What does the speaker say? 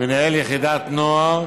מנהל יחידת נוער